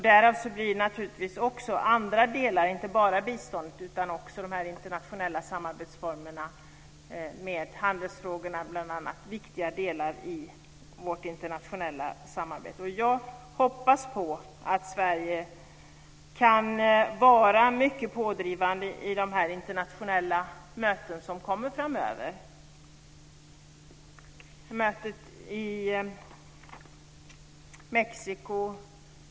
Därav blir andra delar, inte bara biståndet utan också de internationella samarbetsformerna med handelsfrågorna, viktiga i vårt internationella samarbete. Jag hoppas på att Sverige kan vara pådrivande vid de internationella möten som ska komma framöver. Mötet i Mexiko.